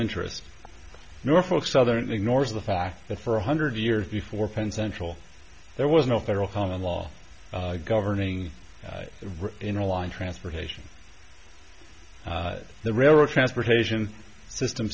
interest norfolk southern ignores the fact that for one hundred years before penn central there was no federal common law governing in a line transportation the railroad transportation system